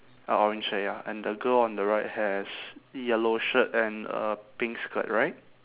ah orange hair ya and the girl on the right has yellow shirt and a pink skirt right